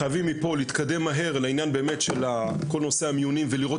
חייבים מפה להתקדם מהר לעניין של כל נושא המיונים ולראות